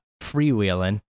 freewheeling